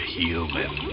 human